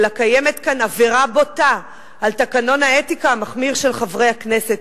אלא קיימת כאן עבירה בוטה על תקנון האתיקה המחמיר של חברי הכנסת.